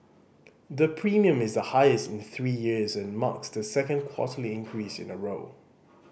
the premium is the highest in three years and marks the second quarterly increase in a row